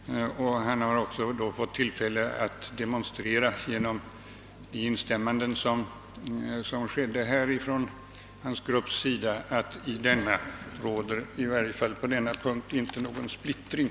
Han har också fått tillfälle att genom instämmanden här från sin grupps sida demonstrera, att i denna grupp råder i varje fall på denna punkt inte någon splittring.